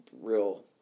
real